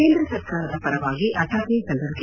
ಕೇಂದ್ರ ಸರ್ಕಾರದ ಪರವಾಗಿ ಅಟಾರ್ನಿ ಜನರಲ್ ಕೆ